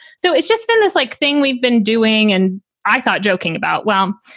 so it's just been this like thing we've been doing. and i thought joking about, well,